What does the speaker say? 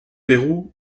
pérou